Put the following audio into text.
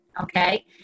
okay